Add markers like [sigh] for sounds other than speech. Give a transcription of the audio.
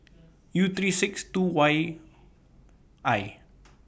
U three six two Y I [noise]